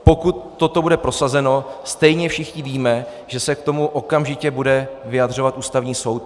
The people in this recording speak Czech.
Pokud toto bude prosazeno, stejně všichni víme, že se k tomu okamžitě bude vyjadřovat Ústavní soud.